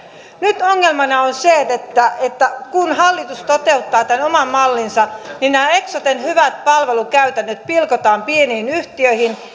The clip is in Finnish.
nyt ongelmana on se että että kun hallitus toteuttaa tämän oman mallinsa niin nämä eksoten hyvät palvelukäytännöt pilkotaan pieniin yhtiöihin